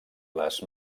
les